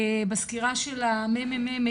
בסקירה של הממ"מ,